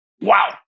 Wow